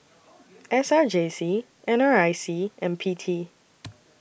S R J C N R I C and P T